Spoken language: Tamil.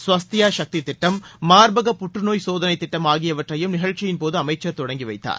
சுவஸ்தியா சக்தி திட்டம் மார்பக புற்றுநோய் சோதனை திட்டம் ஆகியவற்றையும் நிகழ்ச்சியின்போது அமைச்சர் தொடங்கி வைத்தார்